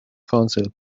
council